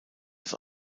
das